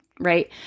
right